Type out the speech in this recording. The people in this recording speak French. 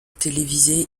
télévisé